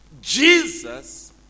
Jesus